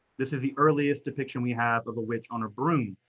this is the earliest depiction we have of a witch on a broom.